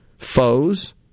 foes